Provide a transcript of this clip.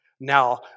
Now